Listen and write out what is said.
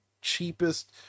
cheapest